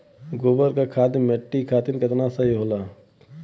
गोबर क खाद्य मट्टी खातिन कितना सही ह?